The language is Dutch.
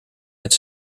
met